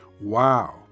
Wow